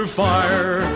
fire